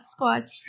squatch